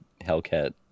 Hellcat